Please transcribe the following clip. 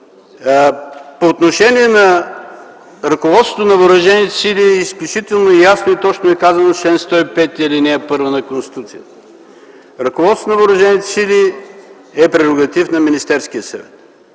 По отношение на ръководството на въоръжените сили, изключително ясно и точно е казано в чл. 105, ал. 1 на Конституцията - ръководството на Въоръжените сили е прерогатив на Министерския съвет.